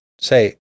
say